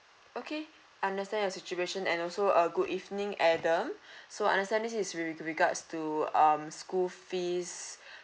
okay understand your situation and also uh good evening adam so understand this is with regards to um school fees